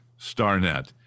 Starnet